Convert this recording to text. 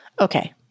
Okay